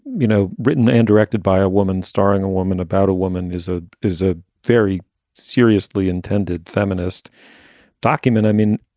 you know, written and directed by a woman starring a woman about a woman is a is a very seriously intended feminist document. i mean,